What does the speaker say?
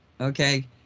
okay